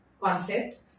concept